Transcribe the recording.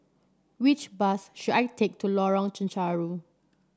which bus should I take to Lorong Chencharu